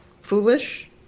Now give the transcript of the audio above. foolish